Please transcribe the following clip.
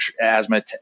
asthma